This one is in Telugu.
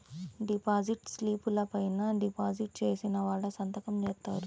డిపాజిట్ స్లిపుల పైన డిపాజిట్ చేసిన వాళ్ళు సంతకం జేత్తారు